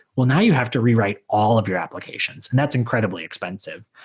well, now you have to rewrite all of your applications, and that's incredibly expensive.